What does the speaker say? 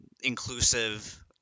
inclusive